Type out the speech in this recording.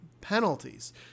penalties